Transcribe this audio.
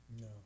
No